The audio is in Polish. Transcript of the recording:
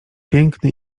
piękny